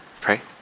Pray